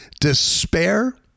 despair